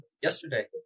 yesterday